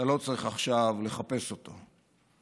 אתה לא צריך עכשיו לחפש אותו.